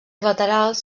laterals